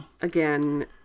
Again